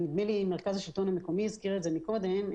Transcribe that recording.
ומרכז השלטון המקומי הזכיר את זה קודם,